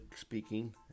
speaking